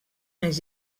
més